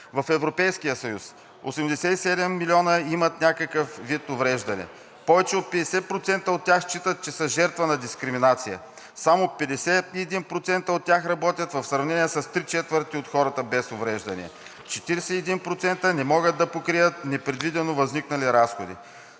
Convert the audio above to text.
В Европейския съюз: – 87 милиона имат някакъв вид увреждане; – повече от 50% от тях считат, че са жертва на дискриминация; – само 51% от тях работят, в сравнение с три четвърти от хората без увреждания; – 41% не могат да покрият непредвидено възникнали разходи;